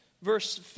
verse